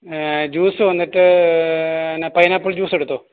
juice വന്നിട്ട് pineapple juice എടുത്തോ